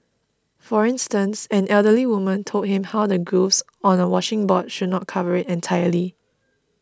for instance an elderly woman told him how the grooves on a washing board should not cover it entirely